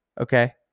okay